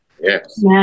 Yes